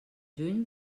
juny